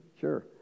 Sure